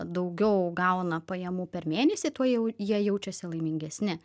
daugiau gauna pajamų per mėnesį tuo jie jie jaučiasi laimingesni